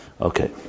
Okay